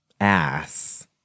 ass